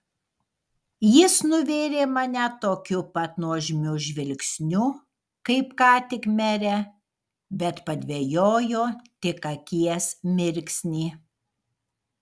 jis nuvėrė mane tokiu pat nuožmiu žvilgsniu kaip ką tik merę bet padvejojo tik akies mirksnį